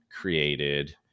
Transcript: created